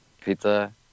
pizza